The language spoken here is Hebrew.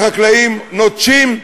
והחקלאים נוטשים,